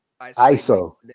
ISO